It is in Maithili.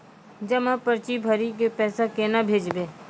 जमा पर्ची भरी के पैसा केना भेजबे?